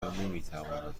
نمیتوانند